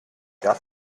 have